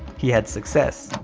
he had success,